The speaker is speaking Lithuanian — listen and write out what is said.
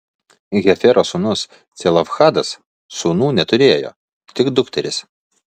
hefero sūnus celofhadas sūnų neturėjo tik dukteris